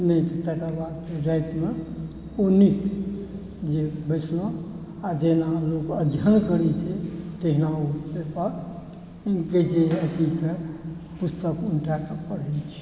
नहि की तकर बाद तऽ रातिमे ओ नहि जे बैसलहुँ आ जेना लोक अध्ययन करै छै तहिना ओ पेपर के जे अथीके पुस्तक उनटाए कऽ पढ़ै छी